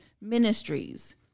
ministries